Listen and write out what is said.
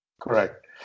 correct